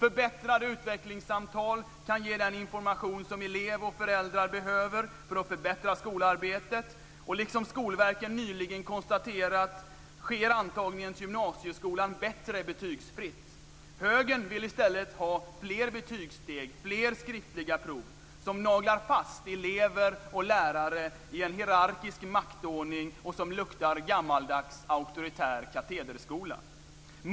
Förbättrade utvecklingssamtal kan ge den information som elever och föräldrar behöver för att förbättra skolarbetet, och som Skolverket nyligen konstaterat sker antagningen till gymnasieskolan bättre betygsfritt. Högern vill i stället ha flera betygssteg, fler skriftliga prov som naglar fast elever och lärare i en hierarkisk maktordning och som luktar gammaldags auktoritär katederskola.